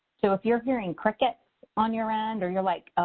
so if you're hearing crickets on your end or you're like,